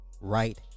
right